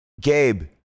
Gabe